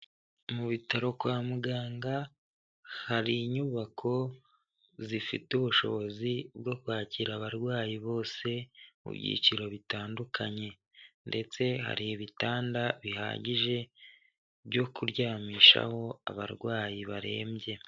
Mu bitaro kwa muganga, hari inyubako zifite ubushobozi bwo kwakira abarwayi bose, mu byiciro bitandukanye ndetse hari ibitanda bihagije byo kuryamishaho abarwayi barembye.